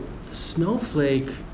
Snowflake